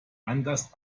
anders